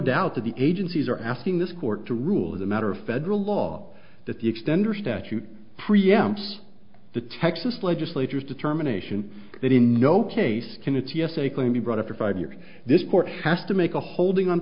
that the agencies are asking this court to rule as a matter of federal law that the extender statute preempts the texas legislature is determination that in no case can its yes a clean be brought up for five years this court has to make a holding on